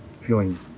feeling